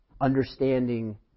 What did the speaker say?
understanding